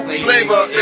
flavor